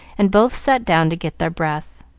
and both sat down to get their breath.